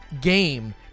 game